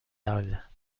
tabla